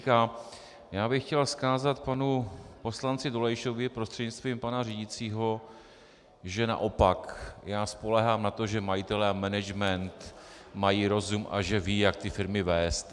A já bych chtěl vzkázat panu poslanci Dolejšovi prostřednictvím pana řídícího, že naopak já spoléhám na to, že majitelé a management mají rozum a že vědí, jak ty firmy vést.